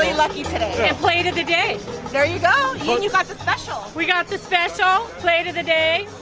lucky today plated today there you go yeah and you got the special we got the special plate of the day